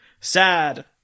Sad